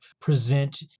present